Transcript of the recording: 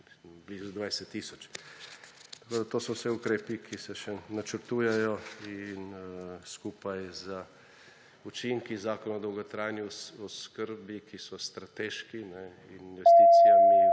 blizu 20 tisoč. To so vse ukrepi, ki se še načrtujejo in skupaj z učinki Zakona o dolgotrajni oskrbi, ki so strateški, in investicijami